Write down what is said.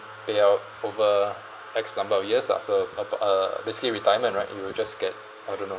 payout over X number of years lah so uh b~ uh basically retirement right you will just get I don't know